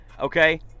okay